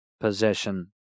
possession